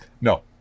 No